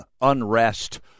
unrest